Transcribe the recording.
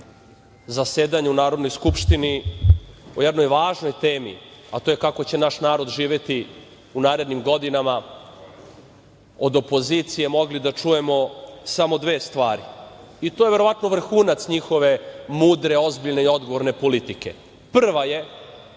zasedanja u Narodnoj skupštini o jednoj važnoj temi, a to je kako će naš narod živeti u narednim godinama, od opozicije mogli da čujemo samo dve stvari, i to je verovatno vrhunac njihove mudre, ozbiljne i odgovorne politike. Prva je,